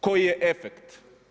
Koji je efekt?